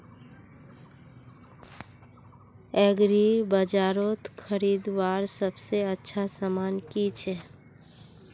एग्रीबाजारोत खरीदवार सबसे अच्छा सामान की छे?